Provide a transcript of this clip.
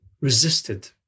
resisted